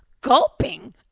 Gulping